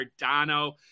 cardano